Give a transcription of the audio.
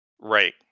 right